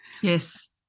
yes